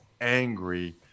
angry